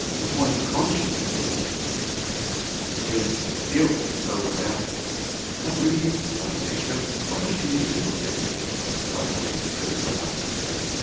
point of conscience with with her is guilt over beata, but that really isn't so. she shows astonishingly little guilt about having driven beata to death.